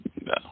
No